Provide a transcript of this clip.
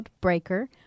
Breaker